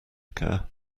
care